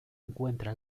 encuentra